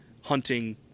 hunting